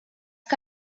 que